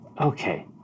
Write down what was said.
Okay